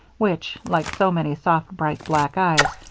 which, like so many soft, bright, black eyes,